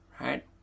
right